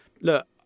look